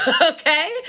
okay